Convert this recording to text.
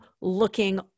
looking